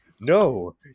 No